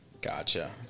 Gotcha